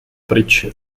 pryč